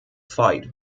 fight